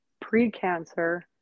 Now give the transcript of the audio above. pre-cancer